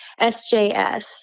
SJS